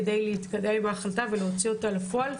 כדי להתקדם עם ההחלטה ולהוציא אותה לפועל.